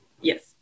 Yes